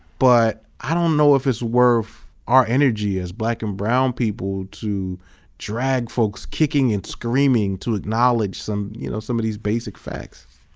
but i don't know if it's worth our energy as black and brown people to drag folks kicking and screaming to acknowledge some, you know, some of these basic facts.